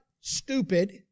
stupid